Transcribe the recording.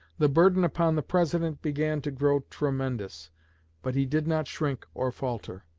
the burden upon the president began to grow tremendous but he did not shrink or falter.